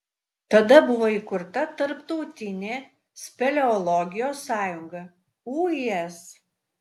tada buvo įkurta tarptautinė speleologijos sąjunga uis